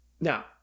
Now